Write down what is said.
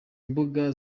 mbuga